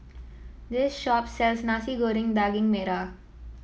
this shop sells Nasi Goreng Daging Merah